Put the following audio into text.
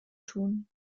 tun